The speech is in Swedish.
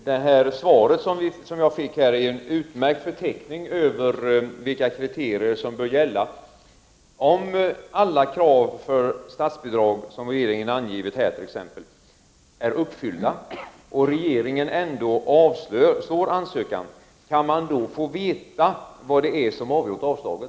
Fru talman! Det svar som jag fick är en utmärkt förteckning över vilka kriterier som bör gälla. Om t.ex. alla krav för statsbidrag som regeringen angivit här är uppfyllda och regeringen ändå avslår ansökan, kan man då få veta vad det är som varit avgörande för avslaget?